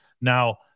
Now